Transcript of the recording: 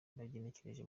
bategereje